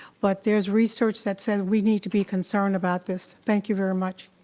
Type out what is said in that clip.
but there's research that says we need to be concerned about this. thank you very much.